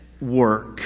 work